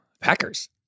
Packers